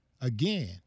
again